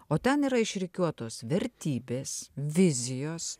o ten yra išrikiuotos vertybės vizijos